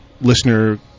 listener